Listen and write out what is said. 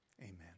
amen